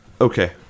okay